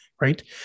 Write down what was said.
right